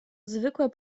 zwykłe